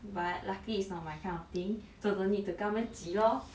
but lucky it's not my kind of thing so don't need to 跟他们挤 lor